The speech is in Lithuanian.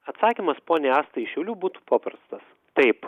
atsakymas poniai astai iš šiaulių būtų paprastas taip